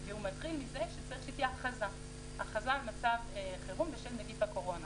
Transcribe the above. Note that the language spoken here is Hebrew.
והוא מתחיל בזה שצריכה להיות הכרזה על מצב חירום בשל נגיף הקורונה.